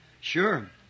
Sure